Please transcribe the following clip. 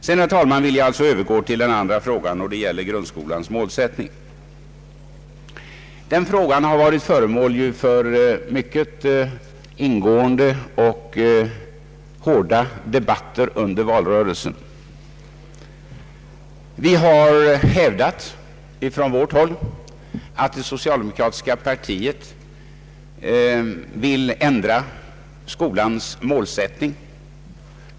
Sedan, herr talman, vill jag övergå till frågan om grundskolans målsättning. Den har varit föremål för mycket ingående och hårda debatter under valrörelsen. Vi har från vårt håll hävdat att det socialdemokratiska partiet vill ändra skolans målsättning.